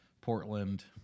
Portland